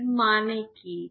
এর মানে কী